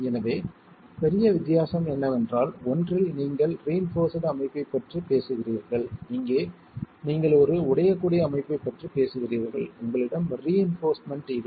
எனவே பெரிய வித்தியாசம் என்னவென்றால் ஒன்றில் நீங்கள் ரீஇன்போர்ஸ்டு அமைப்பைப் பற்றி பேசுகிறீர்கள் இங்கே நீங்கள் ஒரு உடையக்கூடிய அமைப்பைப் பற்றி பேசுகிறீர்கள் உங்களிடம் ரீஇன்போர்ஸ்டுமென்ட் இல்லை